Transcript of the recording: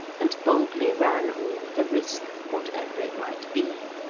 and boldly ran all the risk, whatever it might be,